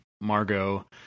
Margot